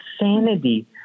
insanity